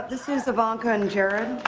this is ivanka and jared.